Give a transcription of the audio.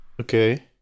Okay